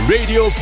Radio